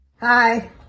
Hi